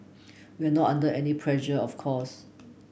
we are not under any pressure of course